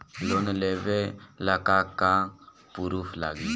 Loan लेबे ला का का पुरुफ लागि?